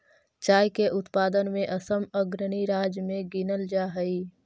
चाय के उत्पादन में असम अग्रणी राज्य में गिनल जा हई